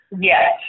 Yes